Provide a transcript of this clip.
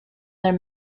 their